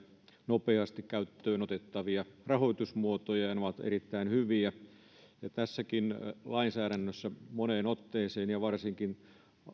nopeasti käyttöön otettavia rahoitusmuotoja ja ne ovat erittäin hyviä tässäkin lainsäädännössä moneen otteeseen ja varsinkin hallintovaliokunnan